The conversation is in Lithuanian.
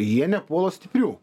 jie nepuola stiprių